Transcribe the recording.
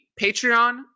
Patreon